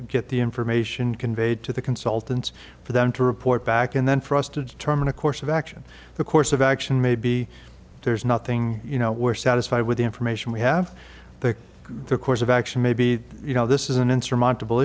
get the information conveyed to the consultants for them to report back and then for us to determine a course of action the course of action may be there's nothing you know we're satisfied with the information we have to the course of action maybe you know this is an insurmountable